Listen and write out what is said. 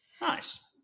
Nice